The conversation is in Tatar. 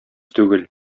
түгел